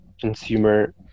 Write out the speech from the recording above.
consumer